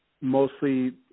mostly –